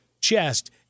chest